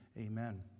Amen